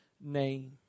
name